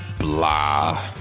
Blah